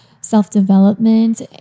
self-development